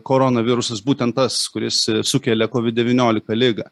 koronavirusas būtent tas kuris sukelia kovid devyniolika ligą